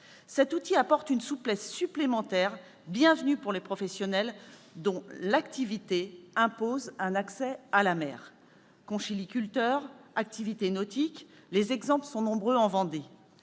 Cet outil apporte une souplesse supplémentaire bienvenue pour les professionnels dont l'activité impose un accès à la mer : conchyliculteurs, activités nautiques. Le Sénat avait veillé l'an dernier